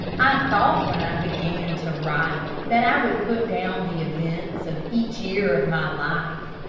i thought when i began to write, that i would put down the events of each year of my life,